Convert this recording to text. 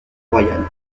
royale